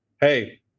hey